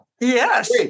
Yes